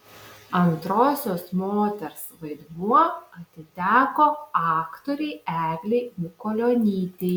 antrosios moters vaidmuo atiteko aktorei eglei mikulionytei